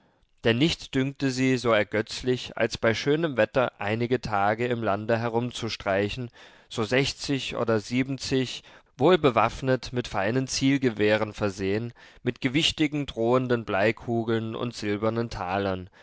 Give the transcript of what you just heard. denn nichts dünkte sie so ergötzlich als bei schönem wetter einige tage im lande herumzustreichen so sechzig oder siebenzig wohlbewaffnet mit feinen zielgewehren versehen mit gewichtigen drohenden bleikugeln und silbernen talern